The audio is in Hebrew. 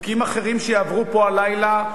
חוקים אחרים שיעברו פה הלילה,